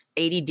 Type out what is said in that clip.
ADD